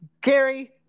Gary